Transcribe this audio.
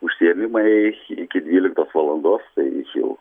užsiėmimai iki dvyliktos valandos tai čia jau